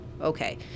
Okay